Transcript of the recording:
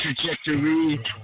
trajectory